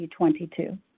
2022